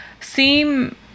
seem